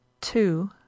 two